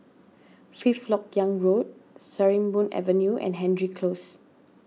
Fifth Lok Yang Road Sarimbun Avenue and Hendry Close